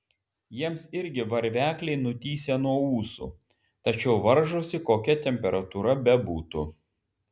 jiems irgi varvekliai nutįsę nuo ūsų tačiau varžosi kokia temperatūra bebūtų